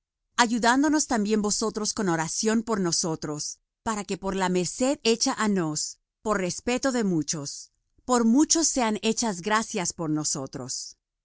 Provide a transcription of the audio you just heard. ayudándonos también vosotros con oración por nosotros para que por la merced hecha á nos por respeto de muchos por muchos sean hechas gracias por nosotros